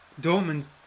Dortmund